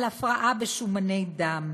על הפרעה בשומני דם,